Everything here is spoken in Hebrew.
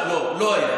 לא, לא היה.